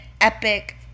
epic